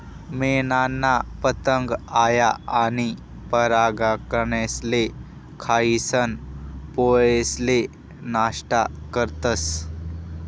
मेनना पतंग आया आनी परागकनेसले खायीसन पोळेसले नष्ट करतस